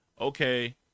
okay